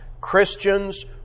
Christians